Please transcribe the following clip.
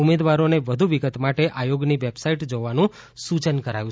ઉમેદવારોને વધુ વિગત માટે આયોગની વેબ સાઈટ જોવાનું સૂચન કરાયું છે